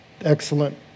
excellent